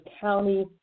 County